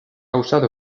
usado